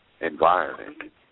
environment